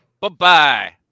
Bye-bye